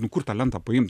nu kur tą lentą paimt